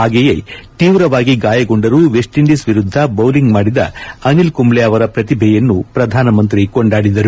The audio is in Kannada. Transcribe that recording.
ಹಾಗೆಯೇ ತೀವ್ರವಾಗಿ ಗಾಯಗೊಂಡರೂ ವೆಸ್ಟ್ ಇಂಡೀಸ್ ವಿರುದ್ದ ಬೌಲಿಂಗ್ ಮಾಡಿದ ಅನಿಲ್ ಕುಂಬ್ಳೆ ಅವರ ಪ್ರತಿಭೆಯನ್ನು ಪ್ರಧಾನಮಂತ್ರಿ ಕೊಂಡಾದಿದರು